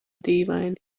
dīvaini